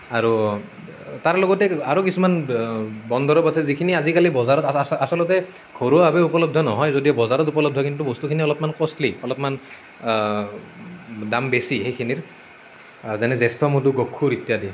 আৰু তাৰে লগতে আৰু কিছুমান বন দৰৱ আছে যিখিনি আজিকালি বজাৰতে আচলতে ঘৰুৱাভাৱে উপলব্ধ নহয় যদিও বজাৰত উপলব্ধ কিন্তু বস্তুখিনি অলপমান কষ্টলি অলপমান দাম বেছি সেইখিনিৰ যেনে জ্যেষ্ঠমধু কখুৰ ইত্যাদি